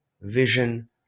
vision